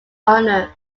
honour